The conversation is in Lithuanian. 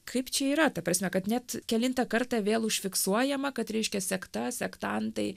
kaip čia yra ta prasme kad net kelintą kartą vėl užfiksuojama kad reiškia sekta sektantai